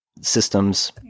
systems